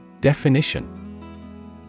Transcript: Definition